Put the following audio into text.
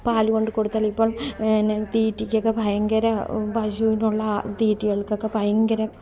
പാൽ കൊണ്ട് കൊടുത്താൽ ഇപ്പം തീറ്റയ്ക്കൊക്കെ ഭയങ്കര പശുവിനുള്ള തീറ്റകൾക്കൊക്കെ ഭയങ്കര